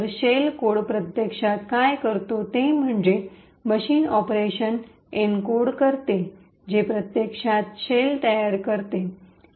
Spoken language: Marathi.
तर शेल कोड प्रत्यक्षात काय करतो ते म्हणजे मशीन आपरेशन एन्कोड करते जे प्रत्यक्षात शेल तयार करते